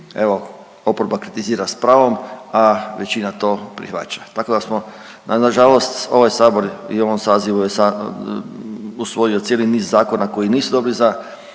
evo oporba kritizira s pravom, a većina to prihvaća. Tako da smo na žalost ovaj sabor i u ovom sazivu je usvojio cijeli niza zakona koji nisu dobri za